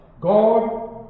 God